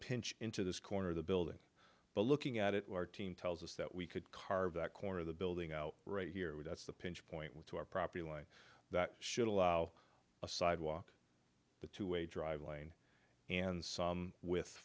pinch into this corner of the building but looking at it our team tells us that we could carve that corner of the building out right here with us the pinch point which to our property line that should allow a sidewalk the two way drive lane and some with